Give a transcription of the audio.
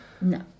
No